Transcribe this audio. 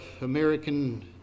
American